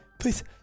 please